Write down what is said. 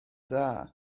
dda